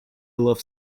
love